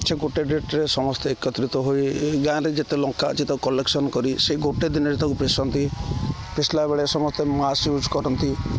ସେ ଗୋଟେ ଡେଟ୍ରେ ସମସ୍ତେ ଏକତ୍ରିତ ହୋଇ ଗାଁରେ ଯେତେ ଲଙ୍କା ଅଛି ତାକୁ କଲେକ୍ସନ୍ କରି ସେହି ଗୋଟେ ଦିନରେ ତାକୁ ପେଷନ୍ତି ପେଷିଲା ବେଳେ ସମସ୍ତେ ମାସ୍କ ୟୁଜ୍ କରନ୍ତି